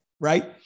right